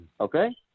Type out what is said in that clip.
okay